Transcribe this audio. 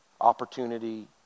opportunity